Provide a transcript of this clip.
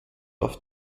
auf